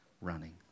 running